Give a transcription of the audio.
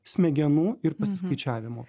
smegenų ir pasiskaičiavimo